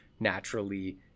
naturally